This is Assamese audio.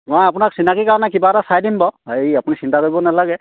মই আপোনাক চিনাকি কাৰণে কিবা এটা চাই দিম বাৰু হেৰি আপুনি চিন্তা কৰিব নালাগে